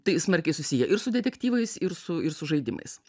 tai smarkiai susiję ir su detektyvais ir su ir su žaidimais